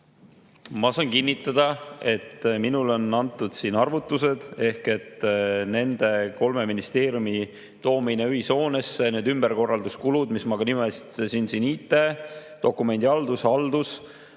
Ma saan kinnitada, et minule on antud sellised arvutused. Nende kolme ministeeriumi toomine ühishoonesse, need ümberkorralduskulud, mida ma ka nimetasin – IT, dokumendihaldus, haldus